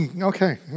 Okay